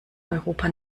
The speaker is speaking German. europa